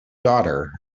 daughter